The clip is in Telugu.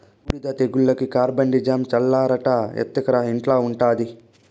బూడిద తెగులుకి కార్బండిజమ్ చల్లాలట ఎత్తకరా ఇంట్ల ఉండాది